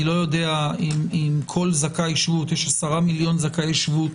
אני לא יודע אם יש 10 מיליון זכאי שבות